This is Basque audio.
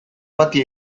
bati